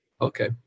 okay